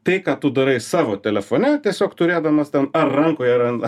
tai ką tu darai savo telefone tiesiog turėdamas ten ar rankoje ar an